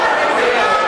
בנוסף,